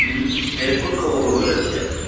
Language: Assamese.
এতিয়া ক'ত খবৰ কৰিব লাগিব তেতিয়াহ'লে